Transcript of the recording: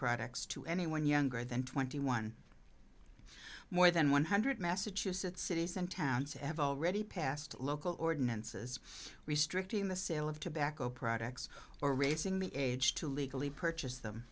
products to anyone younger than twenty one more than one hundred massachusetts cities and towns ever already passed local ordinances restricting the sale of tobacco products or raising the age to legally purchase them